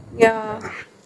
so